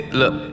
look